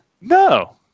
No